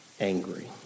angry